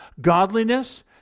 Godliness